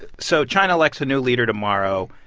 so china elects a new leader tomorrow.